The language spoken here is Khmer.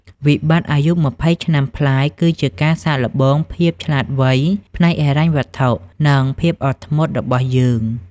វិបត្តិអាយុ២០ប្លាយ គឺជាការសាកល្បង "ភាពឆ្លាតវៃផ្នែកហិរញ្ញវត្ថុ" និង "ភាពអត់ធ្មត់" របស់យើង។